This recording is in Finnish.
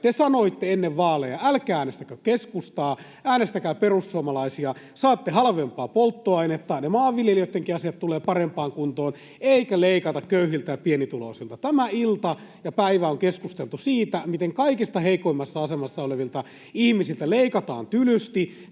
Te sanoitte ennen vaaleja: älkää äänestäkö keskustaa, äänestäkää perussuomalaisia, saatte halvempaa polttoainetta, ne maanviljelijöittenkin asiat tulevat parempaan kuntoon, eikä leikata köyhiltä ja pienituloisilta. Tämä ilta ja päivä on keskusteltu siitä, miten kaikista heikoimmassa asemassa olevilta ihmisiltä leikataan tylysti.